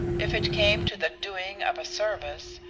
if it came to the doing of a service,